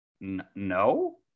no